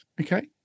okay